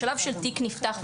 משלב של תיק נפתח,